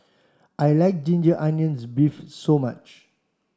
I like ginger onions beef so much